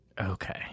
Okay